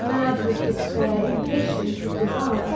mad with despair, impatient with desire